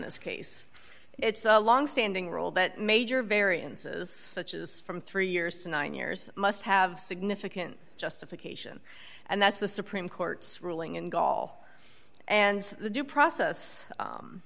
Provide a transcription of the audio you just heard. this case it's a longstanding role that major variances such as from three years to nine years must have significant justification and that's the supreme court's ruling in gaul and the due process